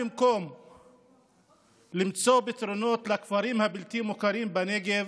במקום למצוא פתרונות לכפרים הבלתי-מוכרים בנגב,